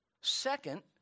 second